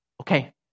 Okay